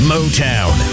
Motown